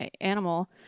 animal